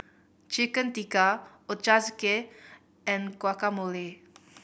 Chicken Tikka Ochazuke and Guacamole